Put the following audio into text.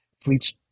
fleets